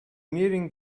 nearing